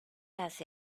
hace